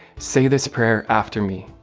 say this prayer after me.